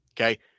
Okay